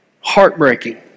heartbreaking